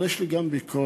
אבל יש לי גם ביקורת.